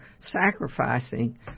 sacrificing